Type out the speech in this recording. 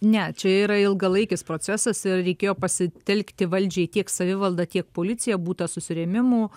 ne čia yra ilgalaikis procesas ir reikėjo pasitelkti valdžiai tiek savivaldą tiek policiją būta susirėmimų